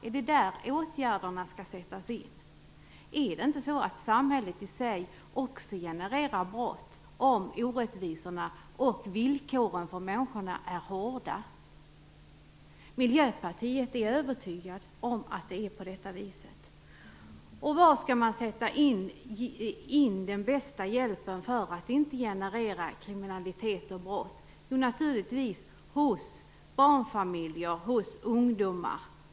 Är det där åtgärderna skall sättas in? Är det inte så att samhället i sig också genererar brott om orättvisorna och villkoren för människorna är hårda? Miljöpartiet är övertygat om att det är på det viset. Var är det bäst att sätta in hjälpen för att inte generera kriminalitet och brott? Jo, det är naturligtvis hos barnfamiljer och ungdomar.